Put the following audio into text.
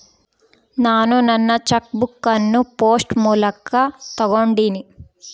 ನಾನು ನನ್ನ cheque book ಅನ್ನು ಪೋಸ್ಟ್ ಮೂಲಕ ತೊಗೊಂಡಿನಿ